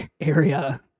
area